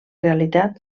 realitat